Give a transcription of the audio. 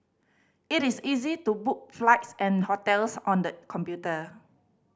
it is easy to book flights and hotels on the computer